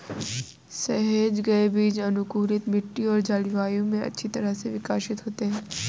सहेजे गए बीज अनुकूलित मिट्टी और जलवायु में अच्छी तरह से विकसित होते हैं